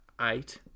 eight